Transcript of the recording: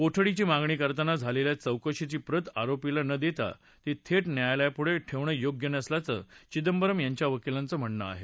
कोठडीची मागणी करताना झालेल्या चौकशीची प्रत न देता ती थेट न्यायालयापुढे ठेवणं योग्य नसल्याचं चिदंबरम यांच्या वकीलांचं म्हणणं आहे